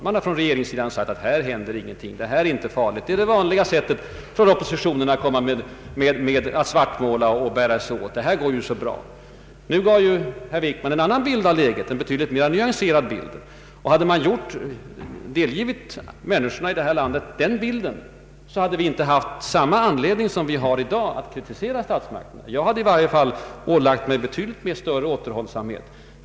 Man har från regeringssidan sagt att här händer i själva verket ingenting, det här är alls inte farligt. Det är, brukar man säga, oppositionens vanliga sätt att svartmåla och att bära sig illa åt. Allt går ju så bra! Nu gav herr Wickman en annan och betydligt mera nyanserad bild av läget. Hade man i tid delgivit människorna i detta land den bilden, så hade vi inte haft samma anledning som i dag att kritisera statsmakterna. Jag hade då i varje fall ålagt mig större återhållsamhet.